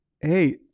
hey